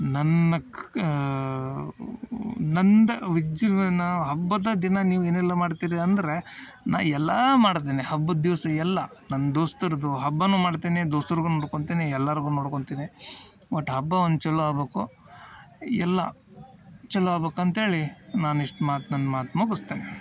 ನನ್ನ ನಂದು ವಿಜೃಂಭಣೆ ಹಬ್ಬದ ದಿನ ನೀವು ಏನೆಲ್ಲ ಮಾಡ್ತೀರಿ ಅಂದರೆ ನಾ ಎಲ್ಲಾ ಮಾಡ್ತೀನಿ ಹಬ್ಬದ ದಿವ್ಸ ಎಲ್ಲಾ ನನ್ನ ದೋಸ್ತ್ರದು ಹಬ್ಬನು ಮಾಡ್ತೀನಿ ದೋಸ್ತ್ರುಗು ನೋಡ್ಕೊತೀನಿ ಎಲ್ಲಾರಿಗು ನೋಡ್ಕೊತೀನಿ ಒಟ್ಟು ಹಬ್ಬ ಒಂದು ಚಲೋ ಆಗಬೇಕು ಎಲ್ಲಾ ಚಲೋ ಆಗಬೇಕ್ ಅಂತ್ಹೇಳಿ ನಾನು ಇಷ್ಟು ಮಾತು ನನ್ನ ಮಾತು ಮುಗಿಸ್ತೇನೆ